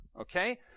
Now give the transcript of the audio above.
Okay